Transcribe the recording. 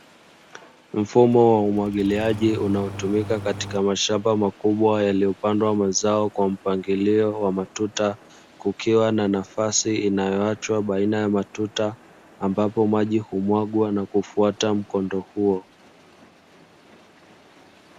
Mfumo wa umwagiliaji unaotumika katika mashamba makubwa yaliyopandwa mazao kwa mpangilio wa matuta, kukiwa na nafasi inayoachwa baina ya matuta ambapo maji humwagwa na kufuata mkondo huo.